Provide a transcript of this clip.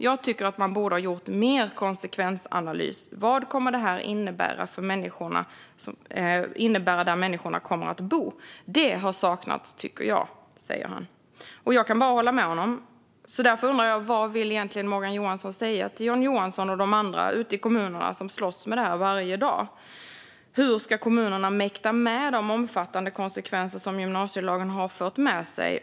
Jag tycker att man borde ha gjort mer konsekvensanalys: Vad kommer det här att innebära där människorna kommer att bo? Det har saknats, tycker jag." Jag kan bara hålla med honom. Därför undrar jag: Vad vill Morgan Johansson säga till John Johansson och andra ute i kommunerna, som kämpar med detta varje dag? Hur ska kommunerna mäkta med de omfattande konsekvenser som gymnasielagen för med sig?